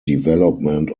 development